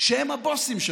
שהם הבוסים שלך,